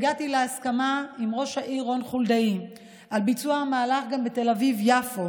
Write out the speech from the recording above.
הגעתי להסכמה עם ראש העיר רון חולדאי על ביצוע המהלך גם בתל אביב-יפו,